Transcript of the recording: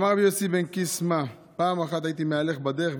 אמר רבי יוסי בן קיסמא: פעם אחת הייתי מהלך בדרך,